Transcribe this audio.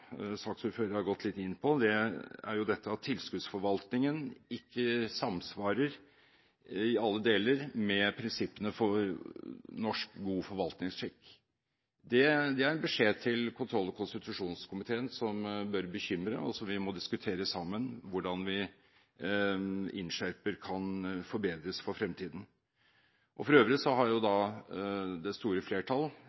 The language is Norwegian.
gått litt inn på. Det gjelder dette med at tilskuddsforvaltningen ikke samsvarer i alle deler med prinsippene for god norsk forvaltningsskikk. Det er en beskjed til kontroll- og konstitusjonskomiteen som bør bekymre, og som vi sammen må diskutere hvordan vi innskjerper, og hvordan det kan forbedres for fremtiden. For øvrig har